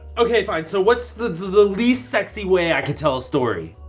okay, fine. so what's the least sexy way i can tell a story?